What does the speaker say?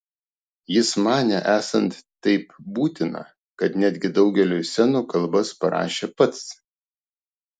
jis manė esant taip būtina kad netgi daugeliui scenų kalbas parašė pats